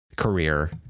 career